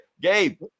Gabe